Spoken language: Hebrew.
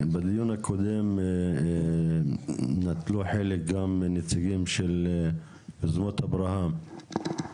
בדיון הקודם נטלו חלק גם נציגים של "יוזמות אברהם".